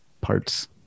parts